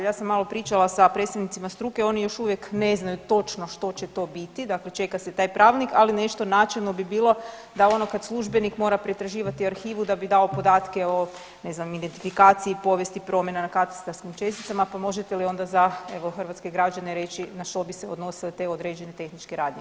Ja sam malo pričala sa predsjednicima struke, oni još uvijek ne znaju točno što će to biti, dakle čeka se taj pravilnik, ali nešto načelno bi bilo da ono kad službenik mora pretraživati arhivu da bi dao podatke o ne znam identifikaciji povijesti promjena na katastarskim česticama, pa možete li onda za evo hrvatske građane reći na što bi se odnosile te određene tehničke radnje?